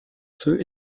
ceux